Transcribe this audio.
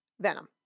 Venom